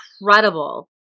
incredible